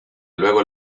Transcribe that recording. luego